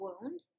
wound